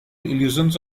illusions